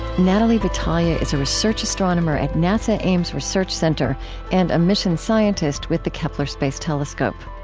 natalie batalha is a research astronomer at nasa ames research center and a mission scientist with the kepler space telescope.